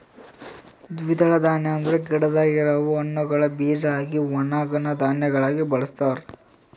ದ್ವಿದಳ ಧಾನ್ಯ ಅಂದುರ್ ಗಿಡದಾಗ್ ಇರವು ಹಣ್ಣುಗೊಳ್ ಬೀಜ ಆಗಿ ಒಣುಗನಾ ಧಾನ್ಯಗೊಳಾಗಿ ಬಳಸ್ತಾರ್